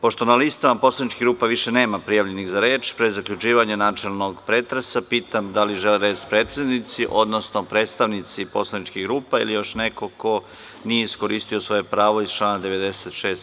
Pošto na listama poslaničkih grupa više nema prijavljenih za reč, pre zaključivanja načelnog pretresa, pitam da li reč žele predsednici, odnosno ovlašćeni predstavnici poslaničkih grupa ili još neko ko nije iskoristio svoje pravo iz člana 96.